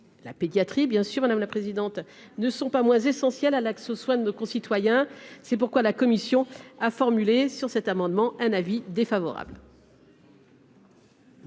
la pédiatrie bien sûr madame la présidente, ne sont pas moins essentiel à l'accès, ce soit de nos concitoyens, c'est pourquoi la commission a formulé sur cet amendement, un avis défavorable.